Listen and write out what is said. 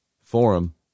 Forum